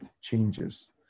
changes